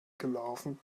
gelaufen